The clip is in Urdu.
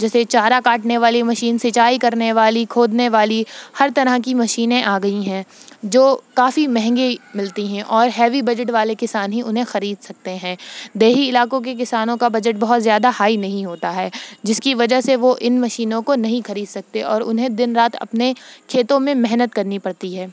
جیسے چارا کاٹنے والی مشین سنچائی کرنے والی کھودنے والی ہر طرح کی مشینیں آ گئی ہیں جو کافی مہنگے ملتی ہیں اور ہیوی بجٹ والے کسان ہی انہیں خرید سکتے ہیں دیہی علاقوں کے کسانوں کا بجٹ بہت زیادہ ہائی نہیں ہوتا ہے جس کی وجہ سے وہ ان مشینوں کو نہیں خرید سکتے اور انہیں دن رات اپنے کھیتوں میں محنت کرنی پڑتی ہے